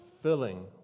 filling